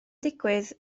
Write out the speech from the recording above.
digwydd